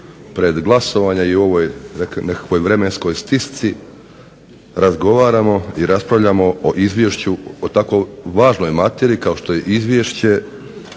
pred glasovanje i u ovoj nekakvoj vremenskoj stisci razgovaramo i raspravljamo o izvješću, o tako važnoj materiji kao što je izvješće